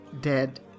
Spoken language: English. dead